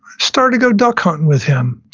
started to go duck hunting with him,